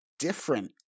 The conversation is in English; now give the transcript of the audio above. Different